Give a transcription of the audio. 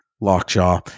lockjaw